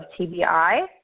TBI